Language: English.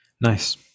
nice